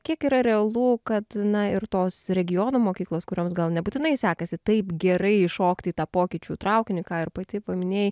kiek yra realu kad na ir tos regionų mokyklos kurioms gal nebūtinai sekasi taip gerai įšokti į tą pokyčių traukinį ką ir pati paminėjai